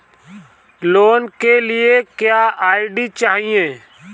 Loan के लिए क्या आई.डी चाही?